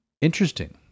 Interesting